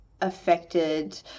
affected